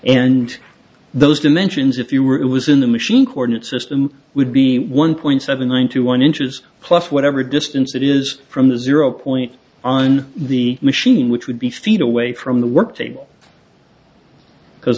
and those dimensions if you were it was in the machine coordinate system would be one point seven one two one inches plus whatever distance it is from the zero point on the machine which would be feet away from the work table because